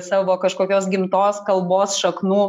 savo kažkokios gimtos kalbos šaknų